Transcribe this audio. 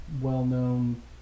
well-known